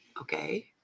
okay